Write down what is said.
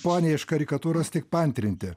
poniai iš karikatūros tik paantrinti